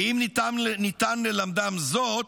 ואם ניתן ללמדם זאת,